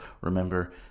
remember